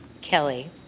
Kelly